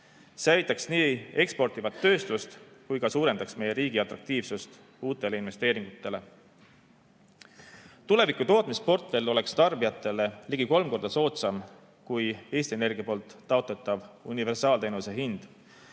aitaks nii eksportivat tööstust kui ka suurendaks meie riigi atraktiivsust uute investeeringute saamiseks. Tuleviku tootmisportfell oleks tarbijatele ligi kolm korda soodsam kui Eesti Energia taotletav universaalteenuse hind,